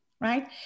right